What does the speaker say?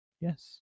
Yes